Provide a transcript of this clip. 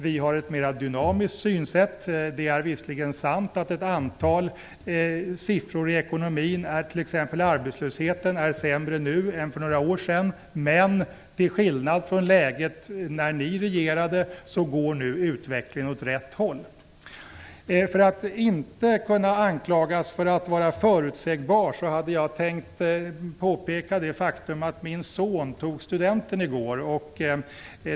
Vi har ett mer dynamiskt synsätt: Det är visserligen sant att ett antal siffror i ekonomin, t.ex. för arbetslösheten, är sämre nu än för några år sedan. Men till skillnad från läget när Socialdemokraterna regerade går nu utvecklingen åt rätt håll. För att inte kunna anklagas för att vara förutsägbar hade jag tänkt att påpeka det faktum att min son tog studenten i går.